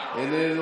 אשמה.